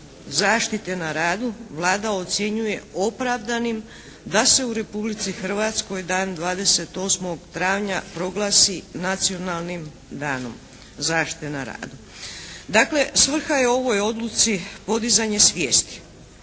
zaštite na radu Vlada ocjenjuje opravdanim da se u Republici Hrvatskoj dan 28. travnja proglasi Nacionalnim danom zaštite na radu.“ Dakle, svrha je u ovoj odluci podizanje svijesti.